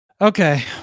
Okay